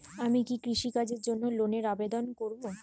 আমি কি কৃষিকাজের জন্য লোনের আবেদন করব?